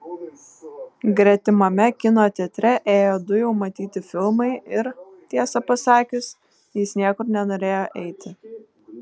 gretimame kino teatre ėjo du jau matyti filmai ir tiesą pasakius jis niekur nenorėjo eiti